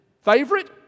favorite